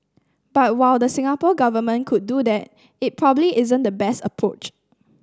but while the Singapore Government could do that it probably isn't the best approach